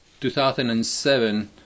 2007